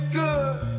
good